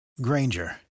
Granger